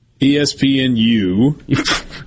ESPNU